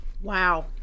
Wow